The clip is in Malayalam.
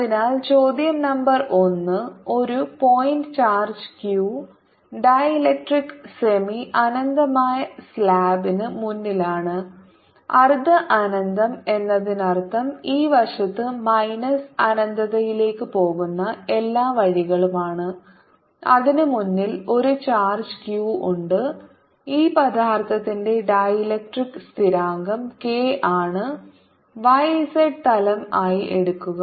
അതിനാൽ ചോദ്യo നമ്പർ 1 ഒരു പോയിന്റ് ചാർജ് q ഒരു ഡീലക്ട്രിക് സെമി അനന്തമായ സ്ലാബിന് മുന്നിലാണ് അർദ്ധ അനന്തം എന്നതിനർത്ഥം ഈ വശത്ത് മൈനസ് അനന്തതയിലേക്ക് പോകുന്ന എല്ലാ വഴികളുമാണ് അതിനു മുന്നിൽ ഒരു ചാർജ് q ഉണ്ട് ഈ പദാർത്ഥത്തിന്റെ ഡീലക്ട്രിക് സ്ഥിരാങ്കം k ആണ് y z തലം ആയി എടുക്കുക